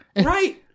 Right